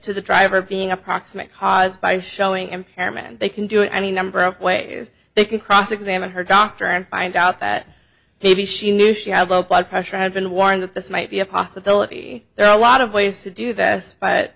to the driver being a proximate cause by showing him harm and they can do it any number of ways they can cross examine her doctor and find out that he she knew she had low blood pressure had been warned that this might be a possibility there are a lot of ways to do this but